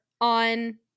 on